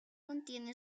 contiene